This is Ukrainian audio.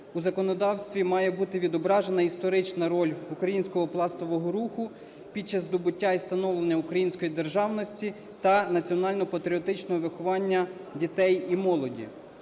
у законодавстві має бути відображена історична роль українського пластового руху під час здобуття і становлення української державності та національно-патріотичного виховання дітей і молоді.